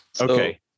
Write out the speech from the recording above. Okay